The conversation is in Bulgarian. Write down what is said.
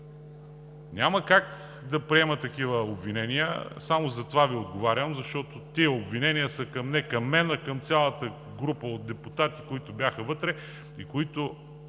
Няма как да приема такива обвинения и само затова Ви отговарям, защото тези обвинения не са към мен, а към цялата група депутати, които бяха вътре и които